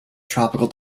tropical